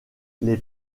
les